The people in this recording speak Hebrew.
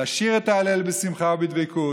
לשיר את ההלל בשמחה ובדבקות.